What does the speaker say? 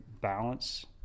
balance